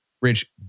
Rich